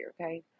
okay